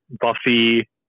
buffy